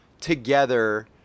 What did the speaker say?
together